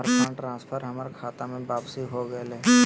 हमर fund transfer हमर खता में वापसी हो गेलय